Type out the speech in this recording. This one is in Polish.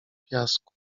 piasku